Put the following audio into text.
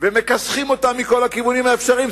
ומכסחים אותה מכל הכיוונים האפשריים,